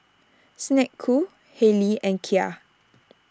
Snek Ku Haylee and Kia